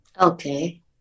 Okay